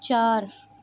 ਚਾਰ